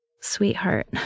sweetheart